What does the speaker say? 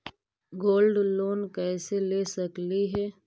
Gold loan कैसे ले सकली हे?